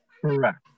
Correct